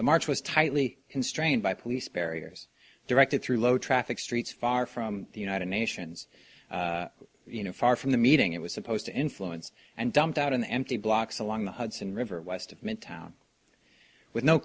the march was tightly constrained by police barriers directed through low traffic streets far from the united nations you know far from the meeting it was supposed to influence and dumped out in the empty blocks along the hudson river west of men town with no